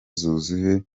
zuzuye